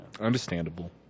Understandable